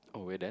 oh we are done